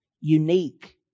unique